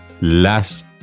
las